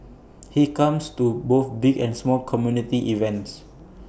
he comes to both big and small community events